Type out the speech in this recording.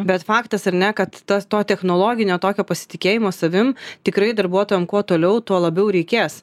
bet faktas ar ne kad tas to technologinio tokio pasitikėjimo savim tikrai darbuotojam kuo toliau tuo labiau reikės